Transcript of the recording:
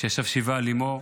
שישב שבעה על אימו,